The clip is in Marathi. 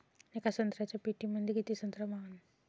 येका संत्र्याच्या पेटीमंदी किती संत्र मावन?